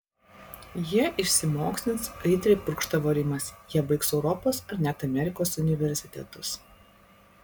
jie išsimokslins aitriai purkštavo rimas jie baigs europos ar net amerikos universitetus